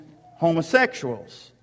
homosexuals